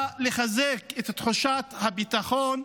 בא לחזק את תחושת הביטחון,